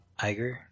Iger